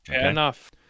Enough